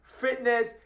fitness